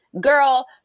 girl